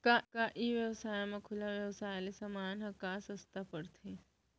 का ई व्यवसाय म खुला व्यवसाय ले समान ह का सस्ता पढ़थे?